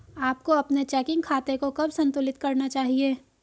आपको अपने चेकिंग खाते को कब संतुलित करना चाहिए?